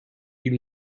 you